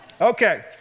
Okay